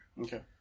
Okay